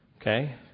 okay